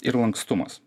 ir lankstumas